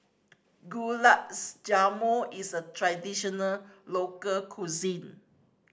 Jamun is a traditional local cuisine